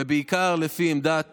ובעיקר, לפי עמדת